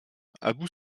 abou